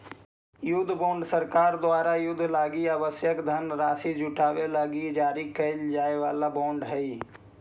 युद्ध बॉन्ड सरकार द्वारा युद्ध लगी आवश्यक धनराशि जुटावे लगी जारी कैल जाए वाला बॉन्ड हइ